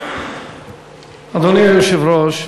אדוני היושב-ראש,